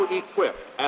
equipped